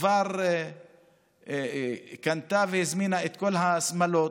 כבר קנתה והזמינה את כל השמלות,